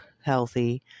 healthy